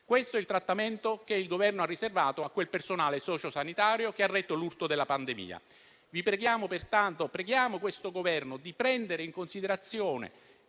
Questo è il trattamento che il Governo ha riservato a quel personale sociosanitario che ha retto l'urto della pandemia. Preghiamo pertanto questo Governo di prendere in considerazione